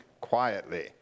quietly